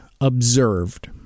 observed